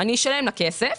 את תשלמי לה כסף,